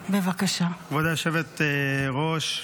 היושבת-ראש,